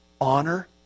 Honor